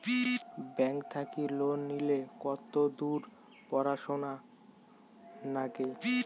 Bank থাকি loan নিলে কতদূর পড়াশুনা নাগে?